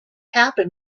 happen